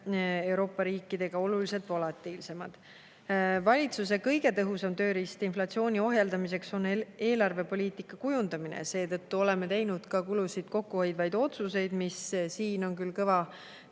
Euroopa riikidega oluliselt volatiilsemad. Valitsuse kõige tõhusam tööriist inflatsiooni ohjeldamiseks on eelarvepoliitika kujundamine ja seetõttu oleme teinud ka kulusid kokku hoidvaid otsuseid, mis siin on küll kõva